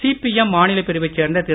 CPM மாநிலப் பிரிவைச் சேர்ந்த திரு